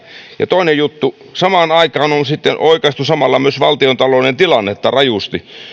ja toinen juttu samaan aikaan on on sitten oikaistu myös valtiontalouden tilannetta rajusti